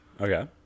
Okay